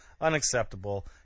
unacceptable